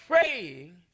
Praying